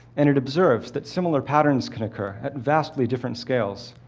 and it observes that similar patterns can occur at vastly different scales,